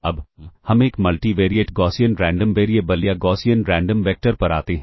अब हम एक मल्टीवेरिएट गॉसियन रैंडम वेरिएबल या गॉसियन रैंडम वेक्टर पर आते हैं